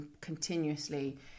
continuously